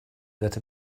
that